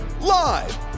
live